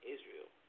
Israel